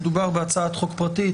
מדובר בהצעת חוק פרטית,